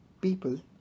people